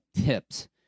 tips